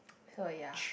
so ya